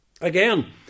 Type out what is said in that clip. Again